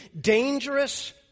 dangerous